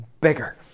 bigger